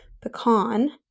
Pecan